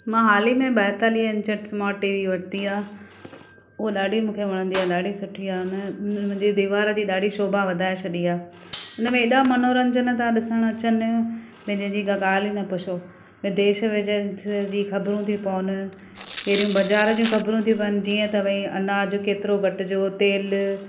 मां हाली में ॿाएतालीह इंचस स्मार्ट टी वी वरिती आहे उहा ॾाढी मूंखे वणंदी आहे ॾाढी सुठी आहे हुन मुंहिंजी दीवार जी ॾाढी शोभा वधाए छॾी आहे उन में हेॾा मनोरंजन था ॾिसणु अचनि भई जंहिंजी का ॻाल्हि ई न पुछो न देश विदेश जी ख़बरूं थी पवनि अहिड़ियूं बाज़ारि जी ख़बरूं थी पवनि जीअं त भई अनाज केतिरो घटिजियो तेल